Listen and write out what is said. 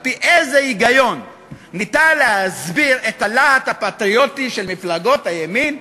על-פי איזה היגיון אפשר להסביר את הלהט הפטריוטי של מפלגות הימין,